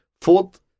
Fourth